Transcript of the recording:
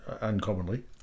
uncommonly